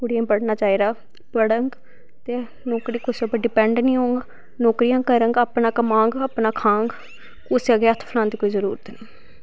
कुड़ियें पढ़ाना चाहिदा पढ़ंग ते ओह् कुसे पर डिपैंड नी होंग नौकरिय़ां करंग अपना कनांग अपना खांह्ग कुसै अग्गैं हत्थ फलान दी कोई जरूरत नी